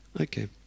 Okay